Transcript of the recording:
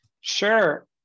Sure